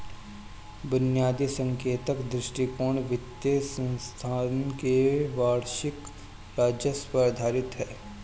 बुनियादी संकेतक दृष्टिकोण वित्तीय संस्थान के वार्षिक राजस्व पर आधारित है